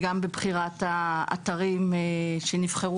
גם בבחירת שבעת האתרים שנבחרו.